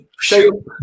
Show